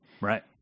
Right